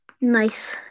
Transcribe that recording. Nice